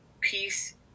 peace